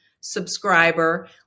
subscriber